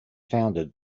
founded